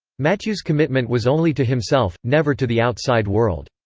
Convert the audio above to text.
mathieu's commitment was only to himself, never to the outside world.